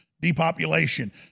depopulation